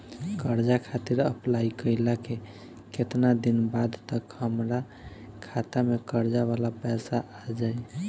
कर्जा खातिर अप्लाई कईला के केतना दिन बाद तक हमरा खाता मे कर्जा वाला पैसा आ जायी?